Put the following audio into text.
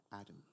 Adam